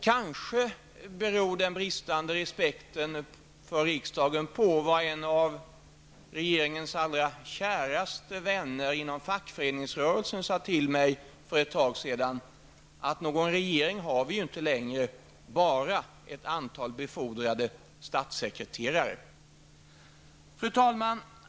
Kanske beror den bristande respekten för riksdagen på vad en av regeringens allra käraste vänner inom fackföreningsrörelsen sade till mig för ett tag sedan: ''Någon regeringen har vi inte längre -- bara ett antal befordrade statssekreterare.'' Fru talman!